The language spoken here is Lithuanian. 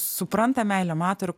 supranta meilę mato